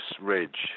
ridge